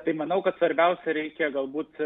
tai manau kad svarbiausia reikia galbūt